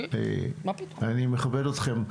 אני מכבד אותכם,